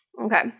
Okay